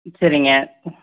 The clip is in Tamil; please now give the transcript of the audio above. சரிங்க